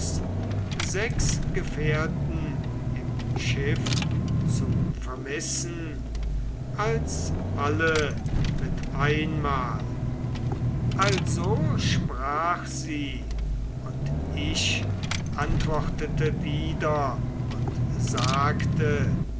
sechs gefährten im schiff zu vermissen als alle mit einmal also sprach sie und ich antwortete wieder und sagte